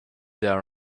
there